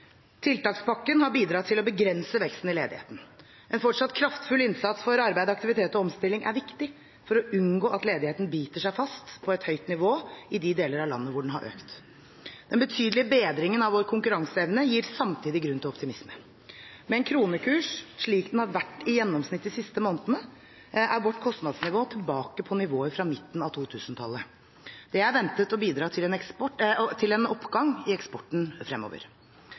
Tiltakspakken rettet mot Sør- og Vestlandet har bidratt til å begrense veksten i ledigheten. En fortsatt kraftfull innsats for arbeid, aktivitet og omstilling er viktig for å unngå at ledigheten biter seg fast på et høyt nivå i de deler av landet hvor den har økt. Den betydelige bedringen i vår konkuranseevne gir samtidig grunn til optimisme. Med en kronekurs slik den har vært i gjennomsnitt de siste månedene, er vårt kostnadsnivå tilbake på nivåer fra midten av 2000-tallet. Det er ventet å bidra til en oppgang i eksporten fremover.